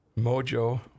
Mojo